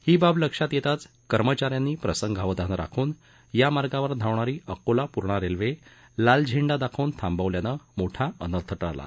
ही बाब लक्षात येताच कर्मचाऱ्यांनी प्रसंगावधान राखून या मार्गावर धावणारी अकोला पूर्णा रेल्वे लाल झेंडा दाखवून थांबवल्यानं मोठा अनर्थ टळला